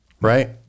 right